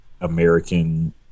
American